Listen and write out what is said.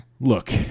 look